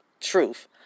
truth